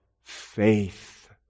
faith